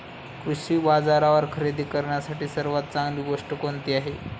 कृषी बाजारावर खरेदी करण्यासाठी सर्वात चांगली गोष्ट कोणती आहे?